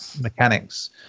mechanics